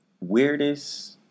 weirdest